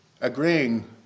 agreeing